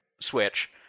switch